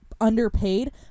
underpaid